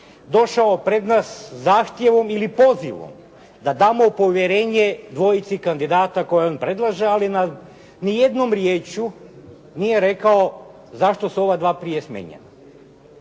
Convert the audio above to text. došao pred nas sa zahtjevom ili pozivom da damo povjerenje dvojici kandidata koje on predlaže ali na, nijednom riječju nije rekao zašto su ova dva prije smijenjena.